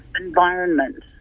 environment